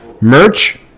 merch